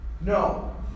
No